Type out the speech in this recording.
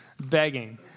begging